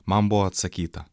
man buvo atsakyta